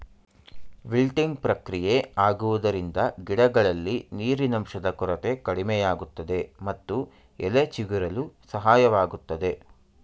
wilting ಪ್ರಕ್ರಿಯೆ ಆಗುವುದರಿಂದ ಗಿಡಗಳಲ್ಲಿ ನೀರಿನಂಶದ ಕೊರತೆ ಕಡಿಮೆಯಾಗುತ್ತದೆ ಮತ್ತು ಎಲೆ ಚಿಗುರಲು ಸಹಾಯವಾಗುತ್ತದೆ